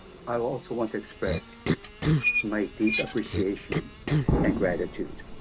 i also want to express my deep appreciation and gratitude.